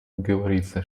говорится